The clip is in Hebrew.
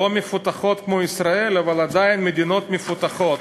לא מפותחות כמו ישראל, אבל עדיין מדינות מפותחות,